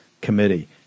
committee